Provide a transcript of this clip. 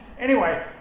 anyway,